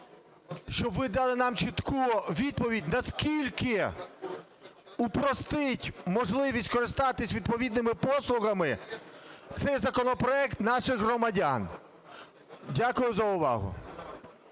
щоб ви дали нам чітку відповідь, наскільки упростить можливість скористатись відповідними послугами цей законопроект наших громадян? Дякую за увагу.